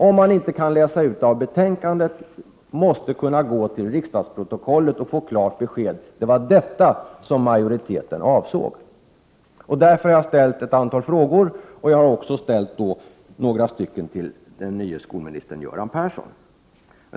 Om man inte kan läsa ut det av betänkandet, måste man kunna gå till riksdagsprotokollet och få klart besked: Det var detta som utskottsmajoriteten avsåg. Därför har jag ställt ett antal frågor, några av dem till den nye skolministern Göran Persson.